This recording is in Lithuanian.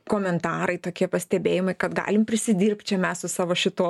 komentarai tokie pastebėjimai kad galim prisidirbt čia mes su savo šituo